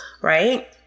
right